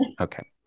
Okay